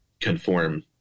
conform